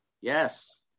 Yes